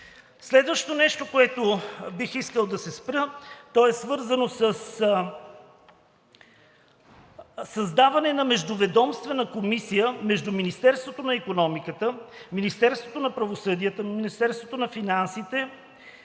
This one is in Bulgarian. Следващо нещо, на което бих искал да се спра, е свързано със създаване на междуведомствена комисия между Министерството на икономиката, Министерството на правосъдието, Министерството на финансите,